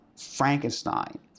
Frankenstein